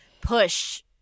push